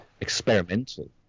experimental